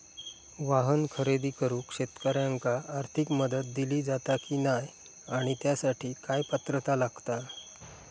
वाहन खरेदी करूक शेतकऱ्यांका आर्थिक मदत दिली जाता की नाय आणि त्यासाठी काय पात्रता लागता?